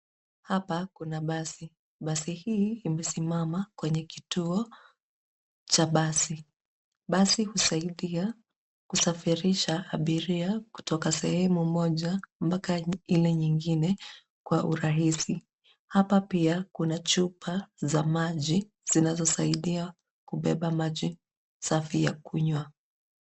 Hapa kuna basi. Basi hili limesimama kwenye kituo cha basi. Basi husaidia kusafirisha abiria kutoka sehemu moja mpaka ile nyingine kwa urahisi. Hapa pia kuna chupa za maji zinazosaidia kubeba maji safi ya kunywa.